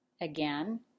Again